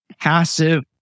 passive